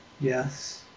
Yes